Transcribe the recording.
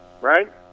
right